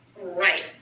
Right